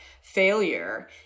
failure